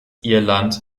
irland